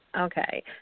Okay